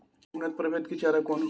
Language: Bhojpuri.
उन्नत प्रभेद के चारा कौन होखे?